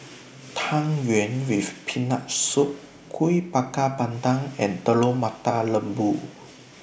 Tang Yuen with Peanut Soup Kuih Bakar Pandan and Telur Mata Lembu